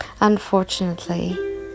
Unfortunately